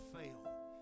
fail